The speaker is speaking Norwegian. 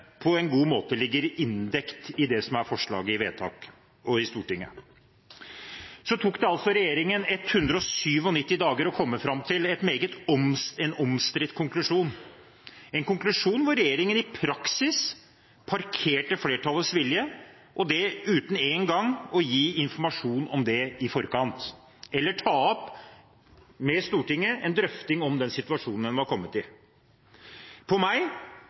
på en god måte er dekket i det som er forslaget til vedtak i Stortinget. Så tok det altså regjeringen 197 dager å komme fram til en meget omstridt konklusjon, en konklusjon hvor regjeringen i praksis parkerte flertallets vilje, og det uten en gang å gi informasjon om det i forkant eller ta opp med Stortinget en drøfting om den situasjonen en var kommet i. På meg